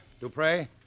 Dupre